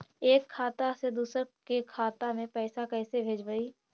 एक खाता से दुसर के खाता में पैसा कैसे भेजबइ?